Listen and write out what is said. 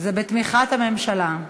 בתמיכת הממשלה.